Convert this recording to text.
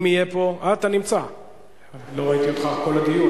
לאחר מכן